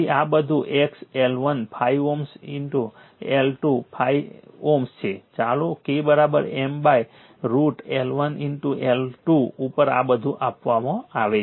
તેથી આ બધું X L1 5 Ω X L2 5 Ω છે ચાલો K M √L1 L2 ઉપર બધું આપવામાં આવે છે